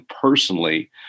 personally